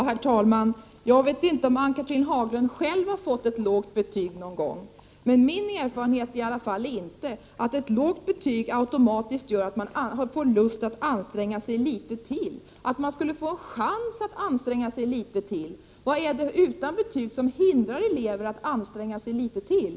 Herr talman! Jag vet inte om Ann-Cathrine Haglund själv har fått ett lågt betyg någon gång. Men min erfarenhet är i alla fall inte att ett lågt betyg automatiskt gör att man får lust att anstränga sig litet till, att man skulle få en chans att anstränga sig litet till. Vad är det i situationen utan betyg som hindrar elever från att anstränga sig litet till?